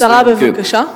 בקצרה, בבקשה.